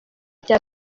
cya